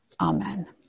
Amen